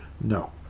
No